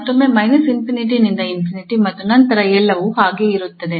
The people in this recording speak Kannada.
ಮತ್ತೊಮ್ಮೆ −∞ ನಿಂದ ∞ ಮತ್ತು ನಂತರ ಎಲ್ಲವೂ ಹಾಗೆಯೇ ಇರುತ್ತದೆ